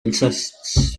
interests